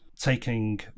taking